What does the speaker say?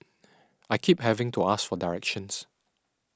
I keep having to ask for directions